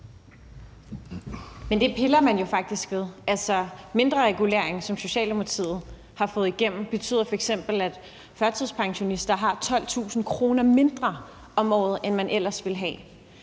Men det piller man jo faktisk ved. Mindreregulering, som Socialdemokratiet har fået igennem, betyder f.eks., at førtidspensionister har 12.000 kr. mindre om året, end man ellers ville have.